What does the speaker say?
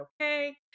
okay